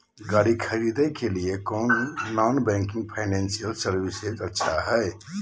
गाड़ी खरीदे के लिए कौन नॉन बैंकिंग फाइनेंशियल सर्विसेज अच्छा है?